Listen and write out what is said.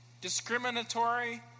discriminatory